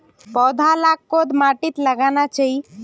पौधा लाक कोद माटित लगाना चही?